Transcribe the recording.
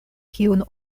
kiun